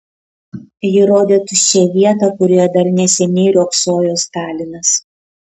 ji rodė tuščią vietą kurioje dar neseniai riogsojo stalinas